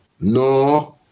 No